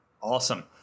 Awesome